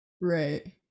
Right